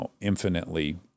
infinitely